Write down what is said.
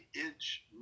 inch